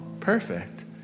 perfect